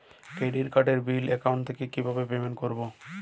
Credit কার্ডের bill account থেকে কিভাবে পেমেন্ট করবো?